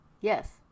Yes